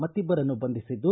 ಮತ್ತಿಬ್ವರನ್ನು ಬಂಧಿಸಿದ್ದು